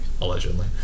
Allegedly